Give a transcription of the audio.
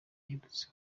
iherutse